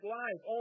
life